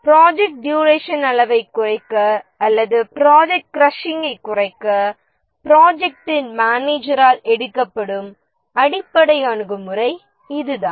project duration அளவைக் குறைக்க அல்லது ப்ராஜெக்ட்கிராஷிங்கை குறைக்க ப்ரொஜெக்ட்டின் மனேஜரால் r எடுக்கப்படும் அடிப்படை அணுகுமுறை இதுதான்